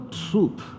truth